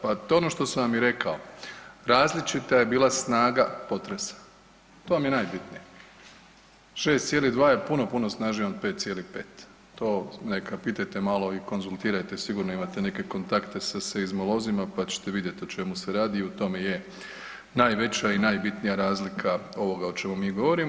Pa to je ono što sam vam i rekao, različita je bila snaga potresa, to vam je najbitnije, 6,2 je puno puno snažnije od 5,5, to neka pitajte malo i konzultirajte sigurno imate neke kontakte sa seizmolozima, pa ćete vidjet o čemu se radi i u tome je najveća i najbitnija razlika ovoga o čemu mi govorimo.